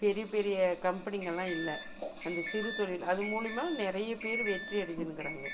பெரிய பெரிய கம்பெனிங்கள்லாம் இல்லை அந்த சிறு தொழில் அது மூலிமா நிறைய பேர் வெற்றியடைஞ்சிணுக்கறாங்க